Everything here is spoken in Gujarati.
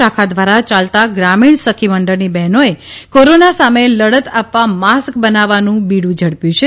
શાખા દ્વારા ચાલતા ગ્રામીણ સખી મંડળની બહેનોએ કોરોના સામે લડત આપવા માસ્ક બનાવવાનું બીડું ઝડપ્યું છે